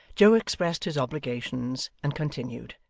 joe expressed his obligations, and continued,